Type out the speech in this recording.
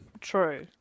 True